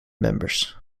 members